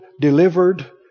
delivered